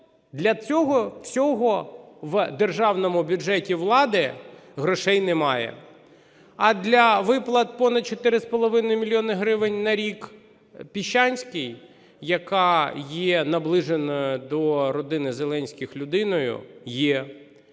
для цього всього в державному бюджеті влади грошей немає, а для виплат понад 4,5 мільйона гривень на рік Піщанській, яка є наближеною до родини Зеленських людиною, є.